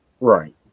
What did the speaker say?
right